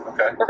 Okay